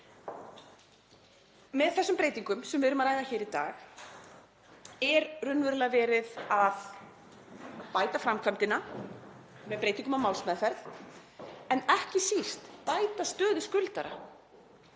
Með þessum breytingum sem við ræðum hér í dag er raunverulega verið að bæta framkvæmdina með breytingum á málsmeðferð en ekki síst verið að bæta stöðu skuldara.